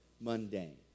mundane